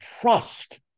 trust